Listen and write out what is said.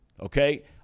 Okay